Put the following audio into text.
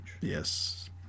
Yes